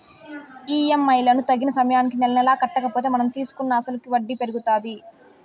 EMI లను తగిన సమయానికి నెలనెలా కట్టకపోతే మనం తీసుకున్న అసలుకి వడ్డీ పెరుగుతాది